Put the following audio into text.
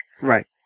right